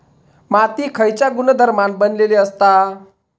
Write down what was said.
माती खयच्या गुणधर्मान बनलेली असता?